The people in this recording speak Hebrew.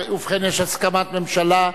ובכן, יש הסכמת ממשלה.